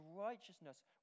righteousness